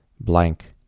Blank